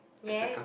!yay!